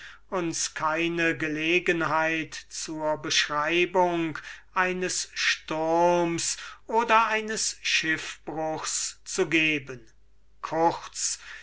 uns keine gelegenheit zu irgend einer schönen beschreibung eines sturms oder eines schiffbruchs zu geben